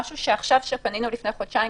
כשפנינו לפני חודשיים,